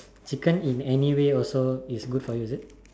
chicken in anyway also is good for you is it